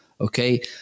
Okay